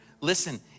listen